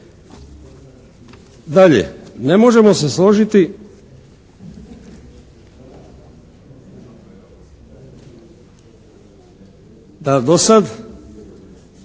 Dalje, ne možemo se složiti da do sad